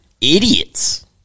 idiots